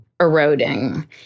eroding